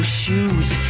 shoes